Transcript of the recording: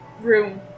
room